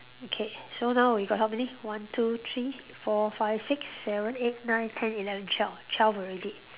okay so now we got how many one two three four five six seven eight nine ten eleven twelve twelve already